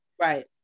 Right